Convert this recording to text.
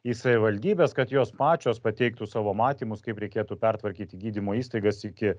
į savivaldybes kad jos pačios pateiktų savo matymus kaip reikėtų pertvarkyti gydymo įstaigas iki